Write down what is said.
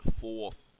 fourth